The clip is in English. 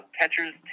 Catchers